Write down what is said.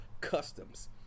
customs